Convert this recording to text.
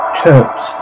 chirps